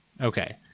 Okay